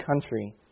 country